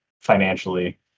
financially